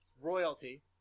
Royalty